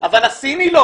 אבל הסיני לא